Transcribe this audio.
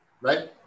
right